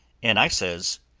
and i says,